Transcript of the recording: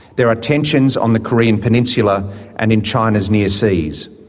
there are tensions on the korean peninsula and in china's near seas.